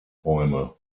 bäume